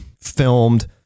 filmed